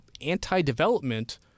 anti-development